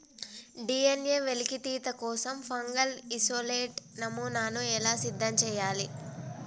DNA వెలికితీత కోసం fungal isolate నమూనాను ఎలా సిద్ధం చెయ్యాలి?